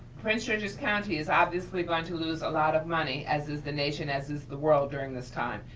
prince george's county is obviously going to lose a lot of money as as the nation, as is the world during this time.